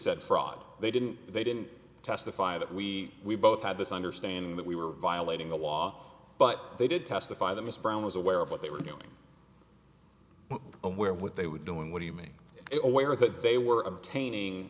said fraud they didn't they didn't testify that we we both had this understanding that we were violating the law but they did testify that mr brown was aware of what they were doing well aware of what they were doing what do you make it aware that they were obtaining